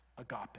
agape